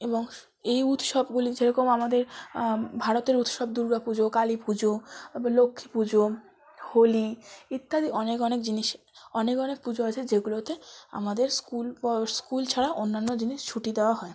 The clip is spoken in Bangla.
এবং এই উৎসবগুলি যে রকম আমাদের ভারতের উৎসব দুর্গা পুজো কালী পুজো আবার লক্ষ্মী পুজো হোলি ইত্যাদি অনেক অনেক জিনিস অনেক অনেক পুজো আছে যেগুলোতে আমাদের স্কুল বা স্কুল ছাড়া অন্যান্য জিনিস ছুটি দেওয়া হয়